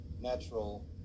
natural